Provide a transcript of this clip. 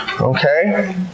okay